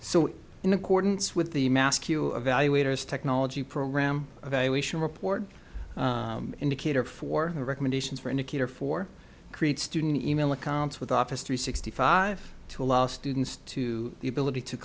so in accordance with the mask you evaluators technology program evaluation report indicator for recommendations for indicator for create student email accounts with office three sixty five to allow students to the ability to